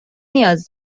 نیاز